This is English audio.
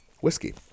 Whiskey